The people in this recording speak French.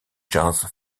jazz